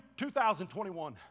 2021